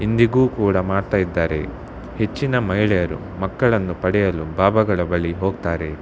ಇಂದಿಗೂ ಕೂಡ ಮಾಡ್ತಾ ಇದ್ದಾರೆ ಹೆಚ್ಚಿನ ಮಹಿಳೆಯರು ಮಕ್ಕಳನ್ನು ಪಡೆಯಲು ಬಾಬಾಗಳ ಬಳಿ ಹೋಗ್ತಾರೆ